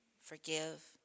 forgive